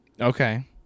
Okay